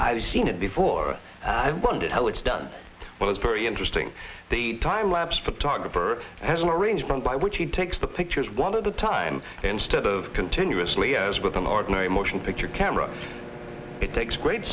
i've seen it before i wondered how it's done but it's very interesting the time lapse photographer has an arrangement by which he takes the pictures one of the time instead of continuously as with an ordinary motion picture camera it takes great